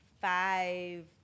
five